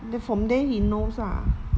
then from there he knows lah